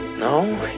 No